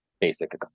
basic